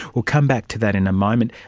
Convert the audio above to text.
we'll come back to that in a moment.